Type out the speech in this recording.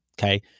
Okay